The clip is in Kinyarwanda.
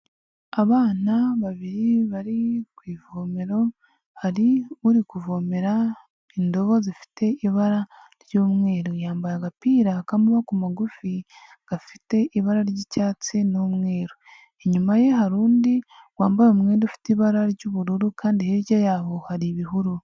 Abana babiri bari ku ivomero hari uri kuvomera indobo zifite ibara ry'umweru yambaye agapira k'amaboko magufi gafite ibara ry'icyatsi n'umweru, inyuma ye hari undi wambaye umwenda ufite ibara ry'ubururu kandi hirya yaho hari ibihuru.